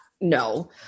no